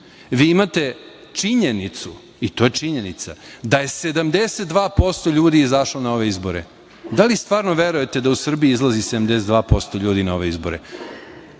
vi imate činjenicu, i to je činjenica, da je 72% ljudi izašlo na ove izbore. Da li stvarno verujte da u Srbiji izlazi 72% ljudi na ove izbore?